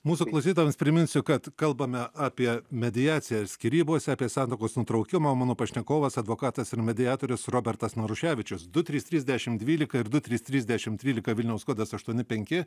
mūsų klausytojams priminsiu kad kalbame apie mediaciją skyrybose apie santuokos nutraukimą mano pašnekovas advokatas ir mediatorius robertas naruševičius du trys trys dešim dvylika ir du trys trys dešim trylika vilniaus kodas aštuoni penki